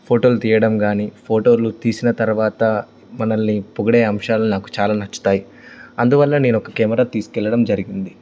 ఫోటోలు తీయడం గానీ ఫోటోలు తీసిన తరువాత మనల్ని పొగిడే అంశాలు నాకు చాలా నచ్చుతాయి అందువల్ల నేన ఒక కెమెరా తీసుకెళ్ళడం జరిగింది